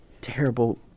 terrible